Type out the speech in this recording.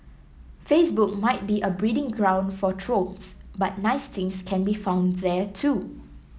Facebook might be a breeding ground for trolls but nice things can be found there too